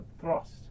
thrust